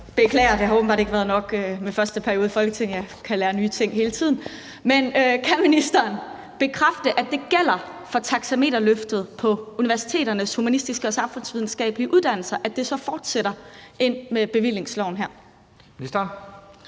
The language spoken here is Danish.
beklager. Det har åbenbart ikke været nok med den første periode i Folketinget – jeg kan lære nye ting hele tiden. Men kan ministeren bekræfte, at det gælder for taxameterløftet på universiteternes humanistiske og samfundsvidenskabelige uddannelser, altså at det så fortsætter med bevillingsloven her? Kl.